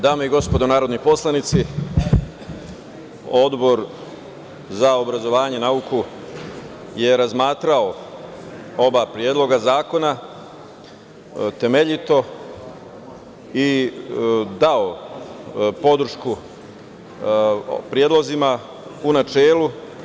Dame i gospodo narodni poslanici, Odbor za obrazovanje i nauku je razmatrao oba predloga zakona temeljito i dao podršku predlozima u načelu.